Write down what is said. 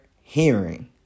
hearing